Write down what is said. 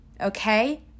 okay